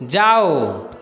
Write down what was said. जाओ